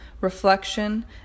reflection